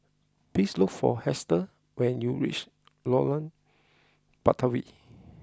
please look for Hester when you reach Lorong Batawi